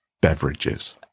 beverages